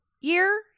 year